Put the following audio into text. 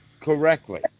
correctly